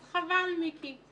אז, חבל, מיקי.